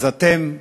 אתם,